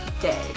day